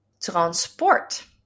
Transport